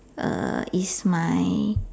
uh is my